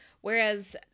whereas